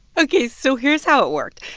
ok. so here's how it worked.